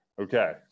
okay